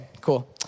cool